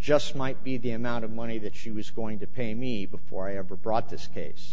just might be the amount of money that she was going to pay me before i ever brought this case